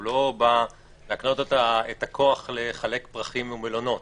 לא בא להקנות את הכוח לחלק פרחים ומלונות.